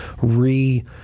re-